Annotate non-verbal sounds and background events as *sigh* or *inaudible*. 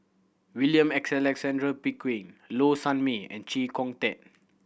William *unintelligible* Alexander Pickering Low Sanmay and Chee Kong Tet